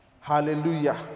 Hallelujah